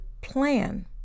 plan